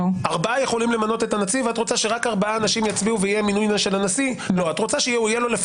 לגבי כל המינויים האחרים שאין לגביהם